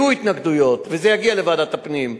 יהיו התנגדויות וזה יגיע לוועדת הפנים,